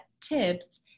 TIPS